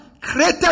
created